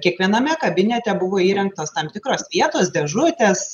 kiekviename kabinete buvo įrengtos tam tikros vietos dėžutes